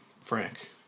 Frank